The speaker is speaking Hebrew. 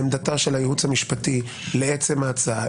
עמדתו של הייעוץ המשפטי לעצם ההצעה,